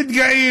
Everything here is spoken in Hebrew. מתגאים.